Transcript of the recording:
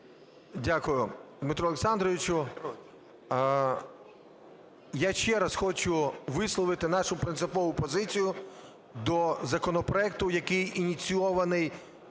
Дякую, Дмитре Олександровичу. Я ще раз хочу висловити нашу принципову позицію до законопроекту, який ініційований